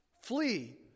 flee